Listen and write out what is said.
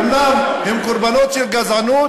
אומנם הם קורבנות של גזענות,